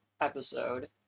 episode